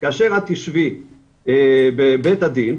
כאשר את תשבי בבית הדין,